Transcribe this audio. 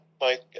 Mike